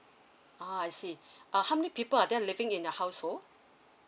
ah I see uh how many people are there living in your household